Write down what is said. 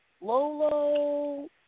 Lolo